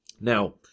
Now